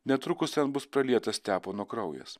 netrukus ten bus pralietas stepono kraujas